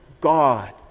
God